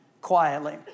quietly